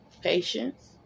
patience